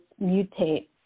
mutate